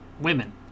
women